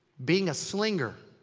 being a slinger,